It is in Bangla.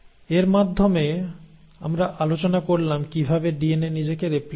এর মাধ্যমে আমরা আলোচনা করলাম কিভাবে ডিএনএ নিজেকে রেপ্লিকেট করে